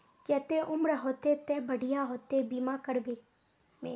केते उम्र होते ते बढ़िया होते बीमा करबे में?